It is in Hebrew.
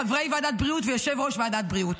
חברי ועדת הבריאות ויושב-ראש ועדת הבריאות.